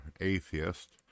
atheist